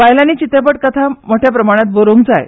बायलांनी चित्रपट था व्हड प्रमालणांत बरोवंक जाय